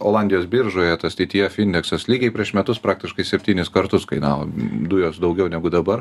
olandijos biržoje tas tytyef indeksas lygiai prieš metus praktiškai septynis kartus kainavo dujos daugiau negu dabar